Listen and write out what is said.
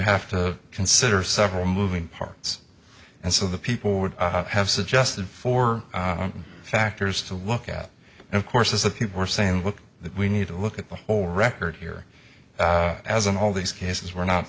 have to consider several moving parts and so the people would have suggested four factors to look at and of course is that people were saying look we need to look at the whole record here as in all these cases we're not